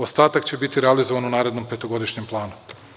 Ostatak će biti realizovan u narednom petogodišnjem planu.